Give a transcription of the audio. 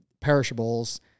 perishables –